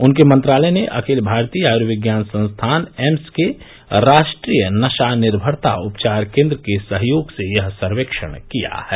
उनके मंत्रालय ने अखिल भारतीय आयुर्विज्ञान संस्थान एम्स के राष्ट्रीय नशा निर्भरता उपचार केन्द्र के सहयोग से यह सर्वेक्षण किया है